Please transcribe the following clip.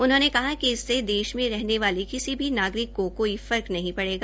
उन्होंने कहा कि इससे देश में रहने वाले किसी भी नागरिक को कोई फर्क नहीं पड़ेगा